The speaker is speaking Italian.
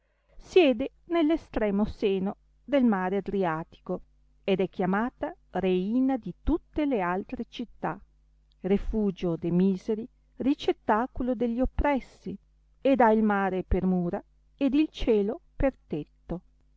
siede nell estremo seno del mare adriatico ed è chiamata reina di tutte le altre città refugio de miseri ricettaculo degli oppressi ed ha il mare per mura ed il cielo per tetto